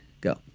Go